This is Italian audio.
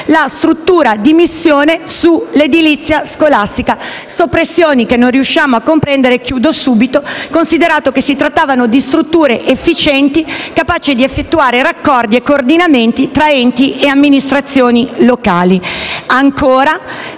la struttura di missione sull'edilizia scolastica. Soppressioni che non riusciamo a comprendere, considerato che si trattava di strutture efficienti, capaci di effettuare raccordi e coordinamenti tra enti e amministrazioni locali.